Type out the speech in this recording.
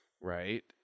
Right